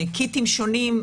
קיטים שונים,